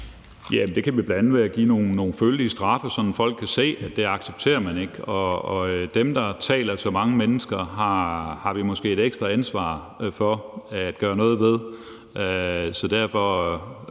Det kan vi bl.a. ved at give nogle følelige straffe, så folk kan se, at det accepterer vi ikke. Dem, der taler til så mange mennesker, har vi måske et ekstra ansvar for at gøre noget ved. Derfor